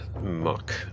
muck